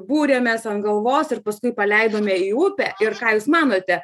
būrėmės ant galvos ir paskui paleidome į upę ir ką jūs manote